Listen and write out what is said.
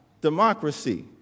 democracy